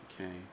Okay